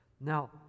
Now